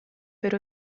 per